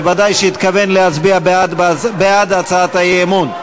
בוודאי שהתכוון להצביע בעד הצעת האי-אמון.